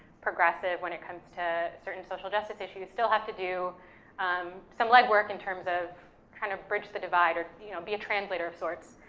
progressive when it comes to social justice issues, still have to do some leg work in terms of kind of bridge the divide, or, you know, be a translator of sorts,